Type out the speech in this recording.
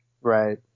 Right